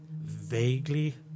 vaguely